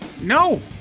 No